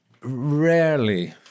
rarely